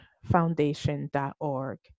Foundation.org